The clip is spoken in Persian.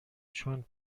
چون